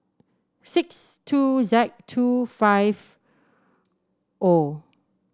six two Z two five O